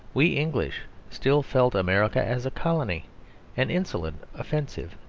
we english still felt america as a colony an insolent, offensive,